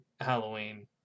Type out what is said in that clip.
Halloween